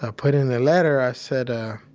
ah put in the letter, i said, ah